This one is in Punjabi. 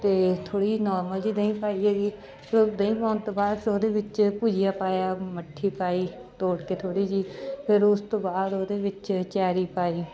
ਅਤੇ ਥੋੜ੍ਹੀ ਨੋਰਮਲ ਜਿਹੀ ਦਹੀਂ ਪਾਈ ਹੈਗੀ ਫਿਰ ਦਹੀਂ ਪਾਉਣ ਤੋਂ ਬਾਅਦ ਫਿਰ ਉਹਦੇ ਵਿੱਚ ਭੁਜੀਆ ਪਾਇਆ ਮੱਠੀ ਪਾਈ ਤੋੜ ਕੇ ਥੋੜ੍ਹੀ ਜਿਹੀ ਫਿਰ ਉਸ ਤੋਂ ਬਾਅਦ ਉਹਦੇ ਵਿੱਚ ਚੈਰੀ ਪਾਈ